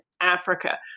Africa